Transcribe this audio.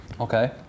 okay